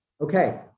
okay